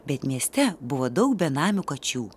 bet mieste buvo daug benamių kačių